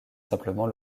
simplement